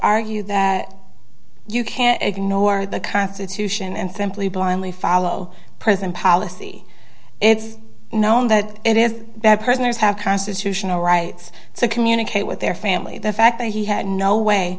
argue that you can't ignore the constitution and simply blindly follow present policy it's known that it is bad prisoners have constitutional rights to communicate with their family the fact that he had no way